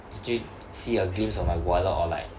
did you see a glimpse of my wallet or like